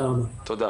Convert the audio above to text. כן